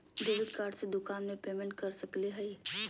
Debit card से दुकान में पेमेंट कर सकली हई?